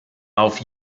auf